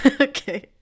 Okay